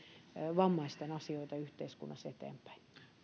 vammaisten asioita yhteiskunnassa eteenpäin